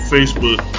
Facebook